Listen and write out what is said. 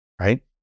right